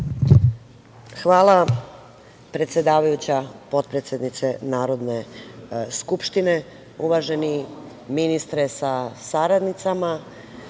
Hvala, predsedavajuća. Potpredsednice Narodne skupštine, uvaženi ministre sa saradnicama,